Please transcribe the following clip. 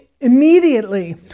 immediately